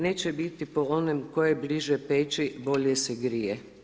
Neće biti po onim tko je bliže peći bolje se grije.